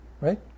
right